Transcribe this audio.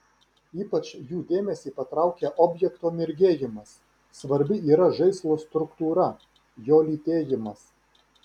ypač jų dėmesį patraukia objekto mirgėjimas svarbi yra žaislo struktūra jo lytėjimas